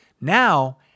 Now